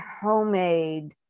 homemade